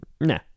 nah